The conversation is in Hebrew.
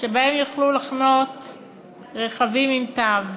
שבהם יוכלו לחנות רכבים עם תו.